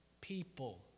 people